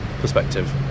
perspective